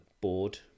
board